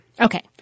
Okay